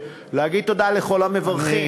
להגיד תודה לכל המברכים.